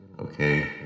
Okay